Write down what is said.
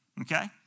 okay